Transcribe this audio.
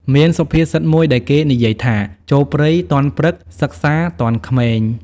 មានសុភាសិតមួយដែលគេនិយាយថា ចូលព្រៃទាន់ព្រឹក សិក្សាទាន់ក្មេង ។